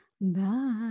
Bye